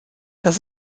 das